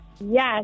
Yes